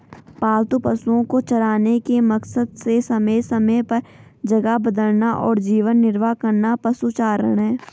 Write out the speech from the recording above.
पालतू पशुओ को चराने के मकसद से समय समय पर जगह बदलना और जीवन निर्वाह करना पशुचारण है